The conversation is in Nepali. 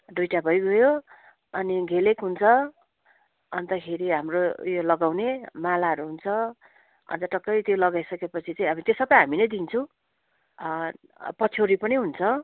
दुइटा भइगयो अनि घेलेक हुन्छ अनि त खेरि हाम्रो ऊ यो लगाउने मालाहरू हुन्छ अनि त टक्कै त्यो लगाइसकेपछि चाहिँ त्यो सबै हामी नै दिन्छु पछ्यौरी पनि हुन्छ